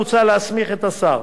מוצע להסמיך את השר,